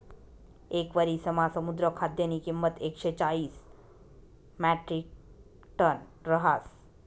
येक वरिसमा समुद्र खाद्यनी किंमत एकशे चाईस म्याट्रिकटन रहास